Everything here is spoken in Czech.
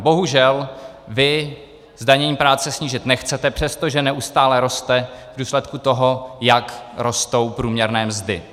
Bohužel vy zdanění práce snížit nechcete, přestože neustále roste v důsledku toho, jak rostou průměrné mzdy.